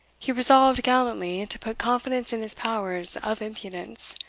he resolved gallantly to put confidence in his powers of impudence,